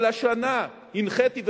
אבל השנה הנחיתי,